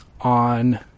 on